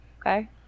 Okay